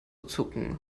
zucken